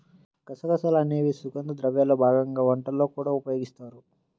గసగసాలు అనేవి సుగంధ ద్రవ్యాల్లో భాగంగా వంటల్లో కూడా ఉపయోగిస్తారు